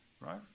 right